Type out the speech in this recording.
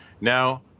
Now